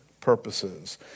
purposes